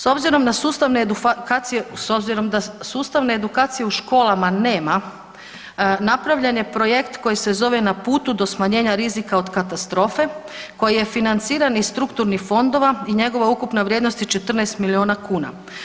S obzirom na sustavne edukacije, s obzirom da sustavne edukacije u školama nema napravljen je projekt koji se zove Na putu do smanjenja rizika od katastrofe koji je financiran iz strukturnih fondova i njegova ukupna vrijednost je 14 miliona kuna.